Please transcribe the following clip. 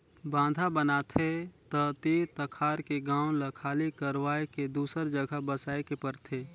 बांधा बनाथे त तीर तखार के गांव ल खाली करवाये के दूसर जघा बसाए के परथे